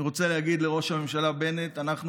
אני רוצה להגיד לראש הממשלה בנט: אנחנו